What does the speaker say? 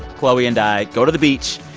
chloe and i go to the beach,